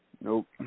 Nope